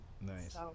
Nice